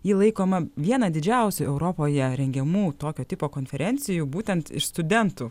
ji laikoma viena didžiausių europoje rengiamų tokio tipo konferencijų būtent iš studentų